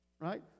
Right